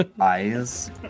eyes